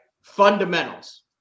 Fundamentals